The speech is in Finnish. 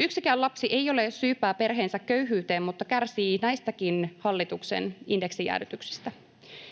Yksikään lapsi ei ole syypää perheensä köyhyyteen, mutta lapset kärsivät näistäkin, hallituksen indeksijäädytyksistä.